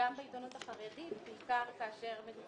אני מבין ששום דבר